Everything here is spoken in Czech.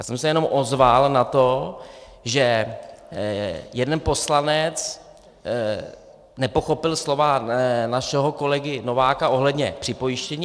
Já jsem se jenom ozval na to, že jeden poslanec nepochopil slova našeho kolegy Nováka ohledně připojištění.